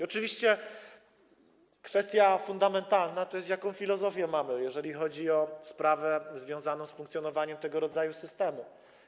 Oczywiście kwestią fundamentalną jest to, jaką filozofię mamy, jeżeli chodzi o sprawę związaną z funkcjonowaniem tego rodzaju systemu.